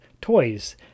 toys